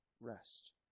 rest